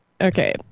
Okay